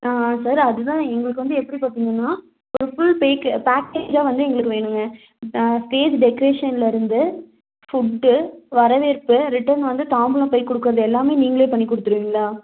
sir அதுதான் எங்களுக்கு வந்து எப்படி பார்த்தீங்கன்னா ஒரு ஃபுல் பெக்கு பேக்கேஜாக வந்து எங்களுக்கு வேணுங்க ஸ்டேஜ் டெக்கரேஷனில் இருந்து ஃபுட்டு வரவேற்பு ரிட்டன் வந்து தாம்பூலம் பை கொடுக்கிறது எல்லாமே நீங்களே பண்ணிக்கொடுத்துருவீங்களா